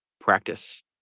practice